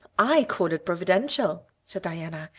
i call it providential, said diana.